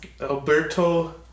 Alberto